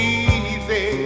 easy